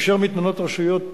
כאשר מתמנות רשויות